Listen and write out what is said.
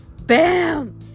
BAM